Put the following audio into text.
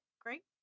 Great